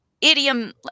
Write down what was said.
idiom